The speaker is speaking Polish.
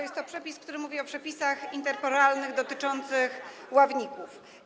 Jest to przepis, który mówi o przepisach interporalnych dotyczących ławników.